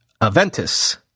Aventis